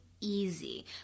Easy